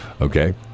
Okay